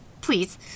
Please